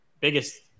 biggest